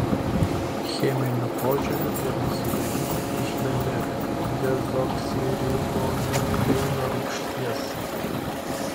cheminiu požiūriu genai sudaryti iš dnr dezoksiribonukleino rūgšties